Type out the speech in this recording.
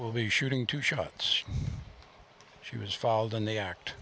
will be shooting two shots she was followed and they act